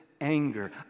anger